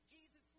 Jesus